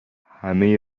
همه